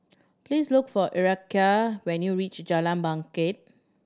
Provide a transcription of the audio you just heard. please look for Erykah when you reach Jalan Bangket